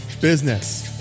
business